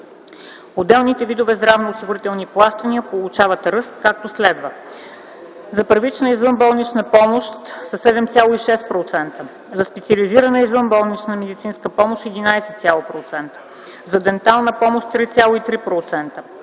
Отделните видове здравноосигурителни плащания получават ръст както следва: за първична извънболнична помощ – с 7,6%, за специализирана извънболнична медицинска помощ – 11%, за дентална помощ – 3,3%,